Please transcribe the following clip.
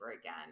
again